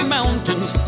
Mountains